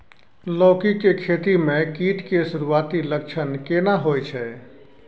लौकी के खेती मे कीट के सुरूआती लक्षण केना होय छै?